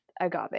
agave